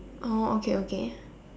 oh okay okay